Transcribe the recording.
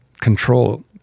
control